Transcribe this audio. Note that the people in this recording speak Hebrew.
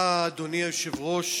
תודה, אדוני היושב-ראש.